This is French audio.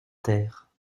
terre